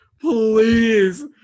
please